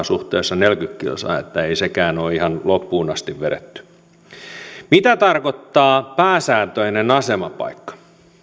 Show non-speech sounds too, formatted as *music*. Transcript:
*unintelligible* suhteessa neljäänkymmeneen kilometriin että ei sekään ole ihan loppuun asti vedetty mitä tarkoittaa pääsääntöinen asemapaikka